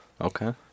okay